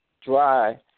dry